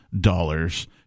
dollars